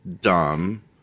dumb